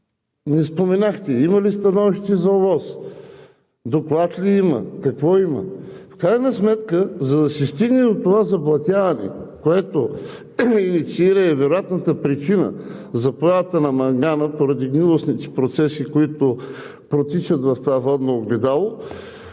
Не споменахте: има ли становище – ОВОС, доклад ли има, какво има? В крайна сметка, за да се стигне до това заблатяване, което инициира и е вероятната причина за появата на мангана поради гнилостните процеси, които протичат в това водно огледало,